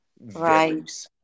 right